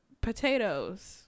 potatoes